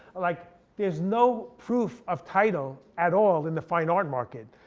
like there's no proof of title at all in the fine art market.